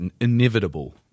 inevitable